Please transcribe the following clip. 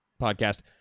podcast